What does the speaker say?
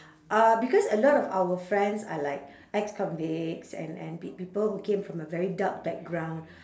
uh because a lot of our friends are like ex-convicts and and peo~ people who came from a very dark background